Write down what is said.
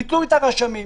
ביטלו את הרשמים.